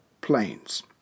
planes